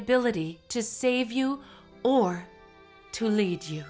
ability to save you or to lead you